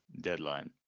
deadline